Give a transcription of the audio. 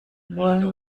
wollen